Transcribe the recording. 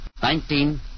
Nineteen